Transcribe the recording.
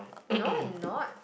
no I'm not